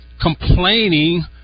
complaining